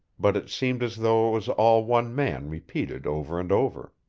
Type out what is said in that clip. but it seemed as though it was all one man repeated over and over.